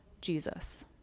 Jesus